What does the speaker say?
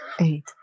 Eight